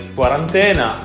quarantena